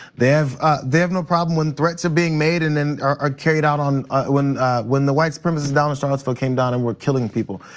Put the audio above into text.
they have they have no problem when threats are being made and then are carried out on when when the white supremacist down in charlottesville came down and were killing people.